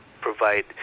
provide